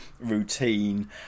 routine